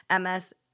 MS –